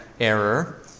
error